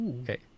Okay